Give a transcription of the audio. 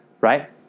right